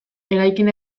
eraikin